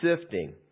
sifting